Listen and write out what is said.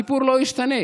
הסיפור לא ישתנה.